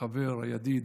החבר, הידיד,